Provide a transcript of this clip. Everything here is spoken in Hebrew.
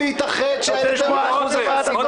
עזרתם להם להתאחד כשהעליתם את אחזו החסימה.